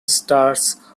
stars